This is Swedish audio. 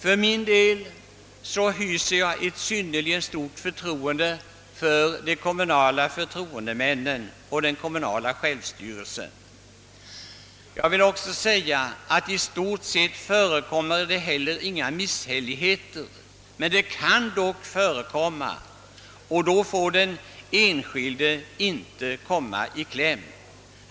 För -.min del hyser jag synnerligen stort förtroende för de kommunala förtroendemännen och den kommunala självstyrelsen. I stort sett förekommer det heller inga misshälligheter. Men sådant kan dock förekomma, och då får inte den enskilde komma i kläm.